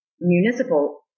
municipal